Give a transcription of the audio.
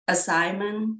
Assignment